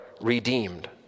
redeemed